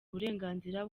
uburenganzira